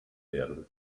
werden